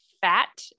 fat